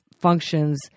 functions